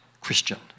Christian